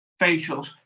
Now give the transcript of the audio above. facials